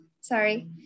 Sorry